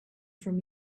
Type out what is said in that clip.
from